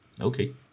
Okay